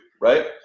right